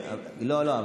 לא, לא.